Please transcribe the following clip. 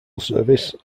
service